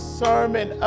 sermon